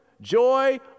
Joy